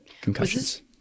concussions